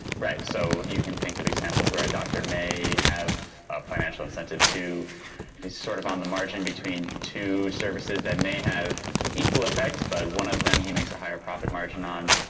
right, so you can think of examples where a doctor may have a financial incentive to be sort of on the margin between two services that may have an equal effect, but one of them he makes a higher profit margin on,